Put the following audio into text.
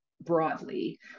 broadly